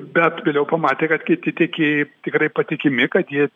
bet vėliau pamatė kad kiti tiekėjai tikrai patikimi kad jie